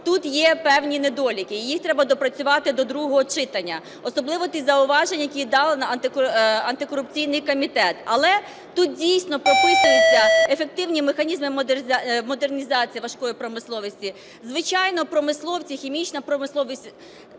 тут є певні недоліки і їх треба доопрацювати до другого читання, особливо ті зауваження, які дав антикорупційний комітет. Але тут дійсно прописуються ефективні механізми модернізації важкої промисловості. Звичайно, промисловці, хімічна промисловість